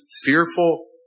fearful